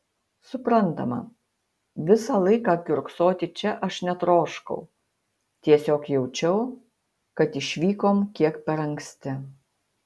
suprantama visą laiką kiurksoti čia aš netroškau tiesiog jaučiau kad išvykom kiek per anksti